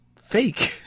fake